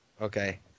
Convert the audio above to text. Okay